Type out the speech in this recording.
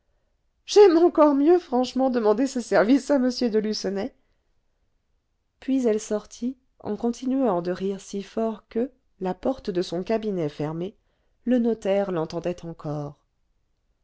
j'aime encore mieux franchement demander ce service à m de lucenay puis elle sortit en continuant de rire si fort que la porte de son cabinet fermée le notaire l'entendait encore